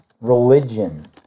religion